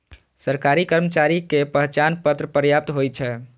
सरकारी कर्मचारी के पहचान पत्र पर्याप्त होइ छै